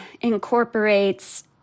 incorporates